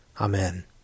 Amen